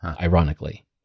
ironically